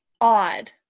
odd